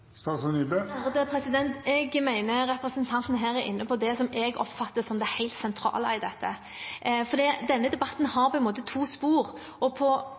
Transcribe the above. Jeg mener representanten her er inne på det som jeg oppfatter som det helt sentrale i dette. Denne debatten har på en måte to spor, og